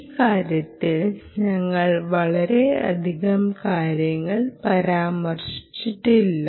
ഈ കാര്യത്തിൽ ഞങ്ങൾ വളരെയധികം കാര്യങ്ങൾ പരാമർശിച്ചിട്ടില്ല